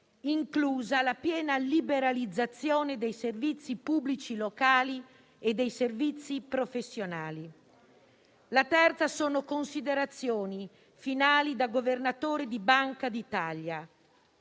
inclusa la piena liberalizzazione dei servizi pubblici locali e dei servizi professionali». La terza dichiarazione è tra le Considerazioni finali da Governatore della Banca d'Italia